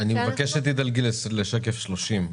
אני מבקש שתדלגי לשקף 30,